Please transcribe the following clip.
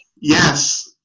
yes